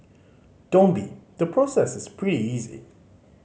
don't be the process is pretty easy